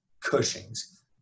Cushing's